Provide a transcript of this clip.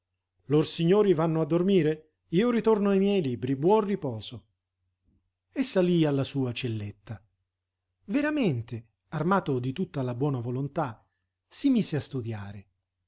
signori vanno a dormire io ritorno ai miei libri buon riposo e salí alla sua celletta veramente armato di tutta la buona volontà si mise a studiare